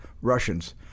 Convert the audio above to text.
Russians